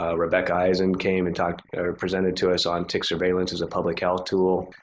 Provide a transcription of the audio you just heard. ah rebecca eisen came and talked or presented to us on tick surveillance as a public health tool.